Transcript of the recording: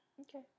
Okay